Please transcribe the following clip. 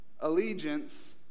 Allegiance